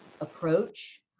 approach